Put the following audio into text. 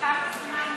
כמה זמן,